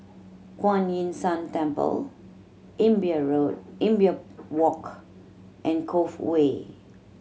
Kuan Yin San Temple Imbiah Road Imbiah Walk and Cove Way